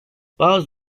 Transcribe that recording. bazı